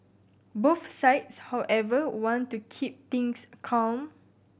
both sides however want to keep things calm